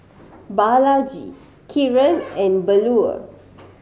Balaji Kiran and Bellur